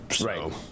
Right